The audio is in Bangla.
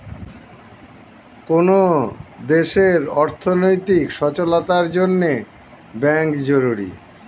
কোন দেশের অর্থনৈতিক সচলতার জন্যে ব্যাঙ্ক জরুরি